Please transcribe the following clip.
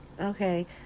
Okay